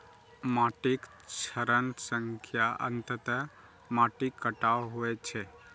माटिक क्षरण सं अंततः माटिक कटाव होइ छै